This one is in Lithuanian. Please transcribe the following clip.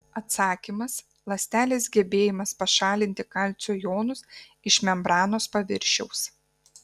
atsakymas ląstelės gebėjimas pašalinti kalcio jonus iš membranos paviršiaus